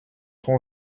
ton